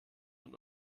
und